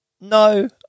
no